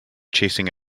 chasing